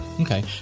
Okay